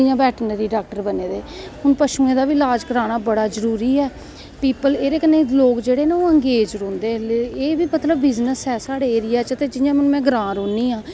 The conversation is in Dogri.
जियां बैटनरी डाक्टर बने दे हून पशुएं दा लाज़ करानां बी जरूरी ऐ प्यूपल एह्दे कन्नैं ना लोग अंगेज़ रौंह्दे एह् बी मतलव बिज़नस ऐ साढ़े एरिया च ते जियां हून में ग्रांऽ रौह्नीं आं